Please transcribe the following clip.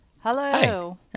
Hello